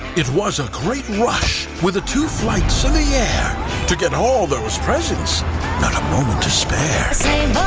it was a great rush with the two flights in the air to get all those presents not a moment to spare